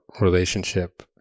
relationship